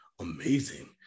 amazing